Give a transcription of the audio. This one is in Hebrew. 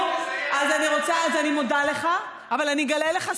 תתרגלו, אז אני מודה לך, אבל אני אגלה לך סוד: